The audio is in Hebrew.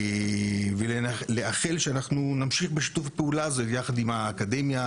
ואני רוצה לאחל שנמשיך בשיתוף הפעולה הזה יחד עם האקדמיה,